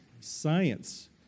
science